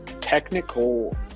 Technical